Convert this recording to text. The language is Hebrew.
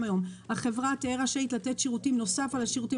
"החברה תהיה רשאית לתת שירותים נוסף על השירותים